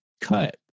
cut